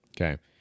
Okay